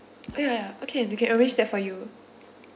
ya ya oh can we can arrange that for you